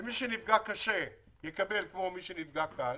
ומי שנפגע קשה יקבל כמו מי שנפגע קל.